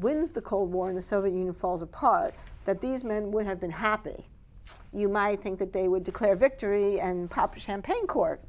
wins the cold war in the soviet union falls apart that these men would have been happy you might think that they would declare victory and proper champagne cork